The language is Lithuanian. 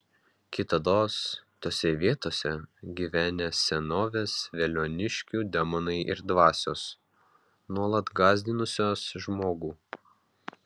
kitados tose vietose gyvenę senovės veliuoniškių demonai ir dvasios nuolat gąsdinusios žmogų